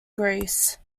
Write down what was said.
greece